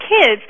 kids